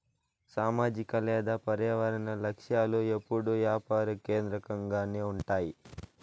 సామాజిక లేదా పర్యావరన లక్ష్యాలు ఎప్పుడూ యాపార కేంద్రకంగానే ఉంటాయి